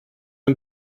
mir